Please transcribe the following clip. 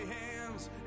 hands